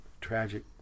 tragic